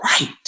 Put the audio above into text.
right